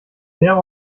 sehr